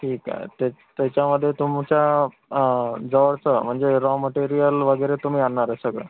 ठीक आहे तेच त्याच्यामध्ये तुमच्या जवळचं म्हणजे रॉ मटेरियल वगैरे तुम्ही आणणार आहे सगळं